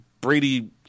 Brady